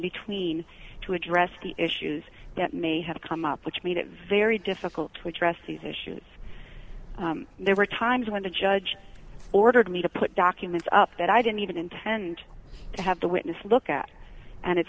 between to address the issues that may have come up which made it very difficult to address these issues there were times when the judge ordered me to put documents up that i didn't even intend to have the witness look at and it